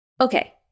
okay